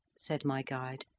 said my guide,